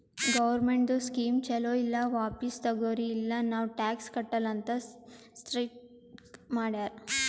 ಗೌರ್ಮೆಂಟ್ದು ಸ್ಕೀಮ್ ಛಲೋ ಇಲ್ಲ ವಾಪಿಸ್ ತಗೊರಿ ಇಲ್ಲ ನಾವ್ ಟ್ಯಾಕ್ಸ್ ಕಟ್ಟಲ ಅಂತ್ ಸ್ಟ್ರೀಕ್ ಮಾಡ್ಯಾರ್